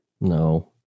No